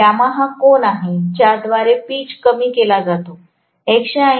इथे γ हा एक कोन आहे ज्याद्वारे पिच कमी केला जातो